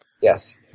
Yes